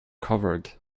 covered